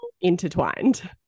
intertwined